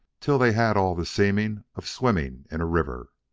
till they had all the seeming of swimming in a river.